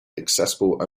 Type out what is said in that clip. accessible